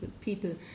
people